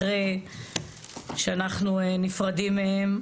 אחרי שאנחנו נפרדים מהם,